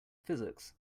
physics